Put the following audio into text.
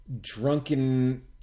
drunken